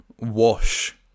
wash